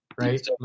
right